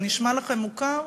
זה נשמע לכם מוכר?